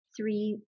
three